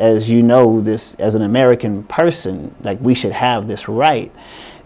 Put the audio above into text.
as you know this as an american person like we should have this right